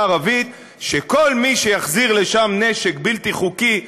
הערבית שכל מי שיחזיר לשם נשק בלתי חוקי,